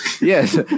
yes